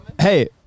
Hey